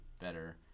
better